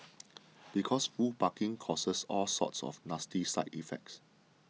because who parking causes all sorts of nasty side effects